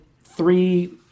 three